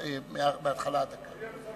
מהתחלה, דקה.